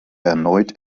erneut